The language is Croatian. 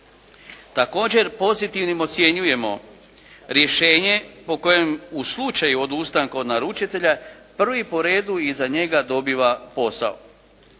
Također, pozitivnim ocjenjujemo rješenje po kojem u slučaju odustanka od naručitelja prvi po redu iza njega dobiva posao.